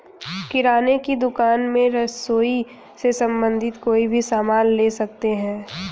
किराने की दुकान में रसोई से संबंधित कोई भी सामान ले सकते हैं